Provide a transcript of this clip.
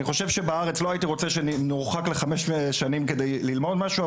אני חושב שבארץ לא הייתי רוצה שנורחק לחמש שנים כדי ללמוד משהו.